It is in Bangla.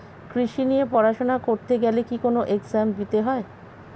কৃষি নিয়ে পড়াশোনা করতে গেলে কি কোন এগজাম দিতে হয়?